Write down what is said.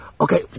Okay